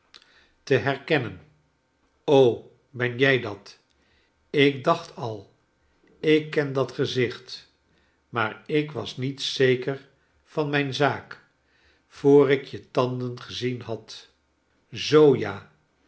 te herkennen ben jij dat ik dacht al ik ken dat gezicht maar ik was niet zeker van mijn zaak voor ik je tanden gezien had zoo ja